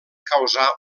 causà